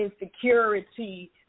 insecurity